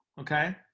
okay